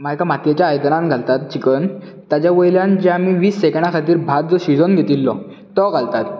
मागीर एका मातयेच्या आयदनांत घालतात चिकन ताचे वयल्यान जे आमी वीस सेकंडा खतीर भात जो शिजोवन घेतिल्लो तो घालतात